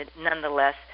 Nonetheless